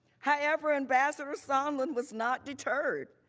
however, ambassador sondland was not deterred.